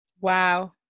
Wow